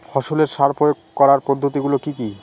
ফসলের সার প্রয়োগ করার পদ্ধতি গুলো কি কি?